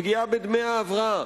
פגיעה בדמי ההבראה.